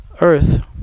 earth